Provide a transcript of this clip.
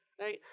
Right